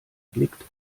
blickt